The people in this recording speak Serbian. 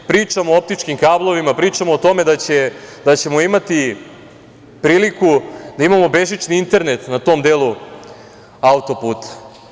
Pričamo o optičkim kablovima, pričamo o tome da ćemo imati priliku da imamo bežični internet na tom delu auto-puta.